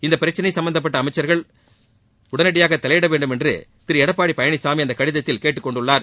இப்பிரச்னையில் சும்பந்தப்பட்ட அமைச்சர்கள் உடனடியாக தலையிட வேண்டுமென்றும் திரு எடப்பாடி பழனிசாமி அந்தக்கடிதத்தில் கேட்டுக் கொண்டுள்ளார்